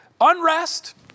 Unrest